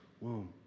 womb